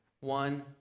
one